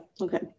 Okay